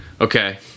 okay